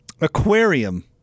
aquarium